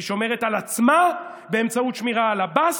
היא שומרת על עצמה באמצעות שמירה על עבאס,